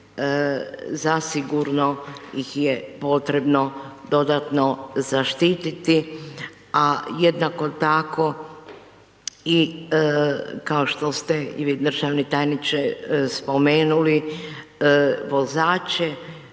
zasigurno ih je potrebno dodatno zaštititi a jednako tako i kao što ste i vi državni tajniče spomenuli vozače,